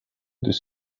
this